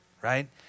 right